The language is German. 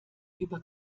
über